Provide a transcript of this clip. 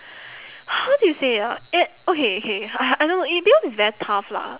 how do you say it ah uh okay K I know it because it's very tough lah